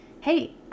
hey